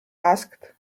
asked